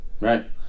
Right